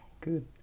good